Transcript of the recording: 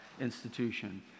institution